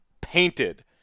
painted